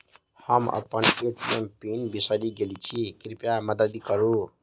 हम अप्पन ATM pin बिसरि गेल छी कृपया मददि करू